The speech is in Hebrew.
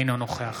אינו נוכח